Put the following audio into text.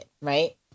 right